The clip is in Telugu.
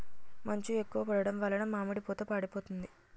మంచు ఎక్కువ పడడం వలన మామిడి పూత మాడిపోతాంది